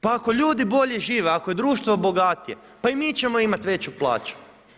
Pa ako ljudi bolje žive, ako je društvo bogatije, pa i mi ćemo imati veću plaću.